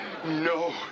No